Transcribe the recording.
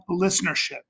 listenership